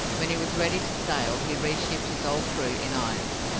when he was ready to sail, he reshipped his old crew in irons,